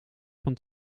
van